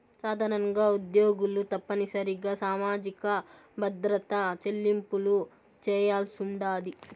సాధారణంగా ఉద్యోగులు తప్పనిసరిగా సామాజిక భద్రత చెల్లింపులు చేయాల్సుండాది